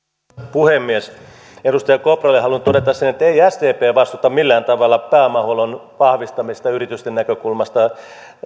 puhemies edustaja kopralle haluan todeta sen että ei sdp vastusta millään tavalla pääomahuollon vahvistamista yritysten näkökulmasta